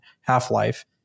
half-life